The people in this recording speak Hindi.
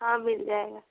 हाँ मिल जाएगा